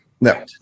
No